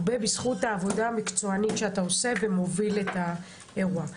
הרבה בזכות העבודה המקצוענית שאתה עושה ומוביל את האירוע.